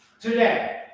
today